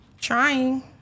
Trying